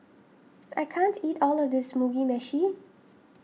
I can't eat all of this Mugi Meshi